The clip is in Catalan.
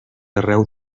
arreu